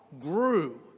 grew